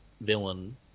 villain